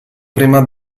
prima